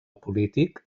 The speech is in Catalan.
polític